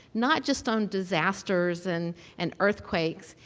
not just on disasters and and earthquakes.